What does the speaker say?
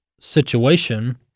situation